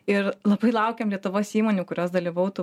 ir labai laukiam lietuvos įmonių kurios dalyvautų